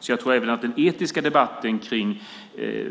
Jag tror alltså att även den etiska debatten om